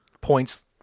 points